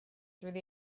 through